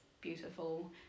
beautiful